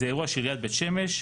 זה אירוע של עיריית בית שמש,